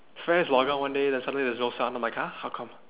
just log out one day then suddenly there's also no sound i'm like !huh! how come